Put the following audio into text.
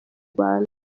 rwanda